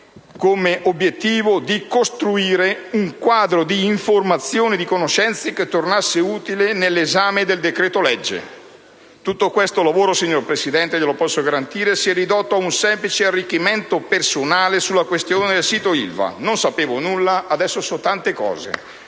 era quello di costruire un quadro di informazioni e di conoscenze che tornasse utile nell'esame del decreto‑legge. Tutto questo lavoro, signor Presidente (glielo posso garantire), si è ridotto a un semplice arricchimento personale sulla questione del sito Ilva. Non sapevo nulla, adesso so tante cose.